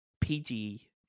pg